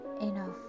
enough